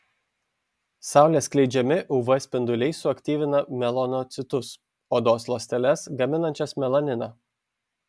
saulės skleidžiami uv spinduliai suaktyvina melanocitus odos ląsteles gaminančias melaniną